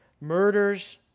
Murders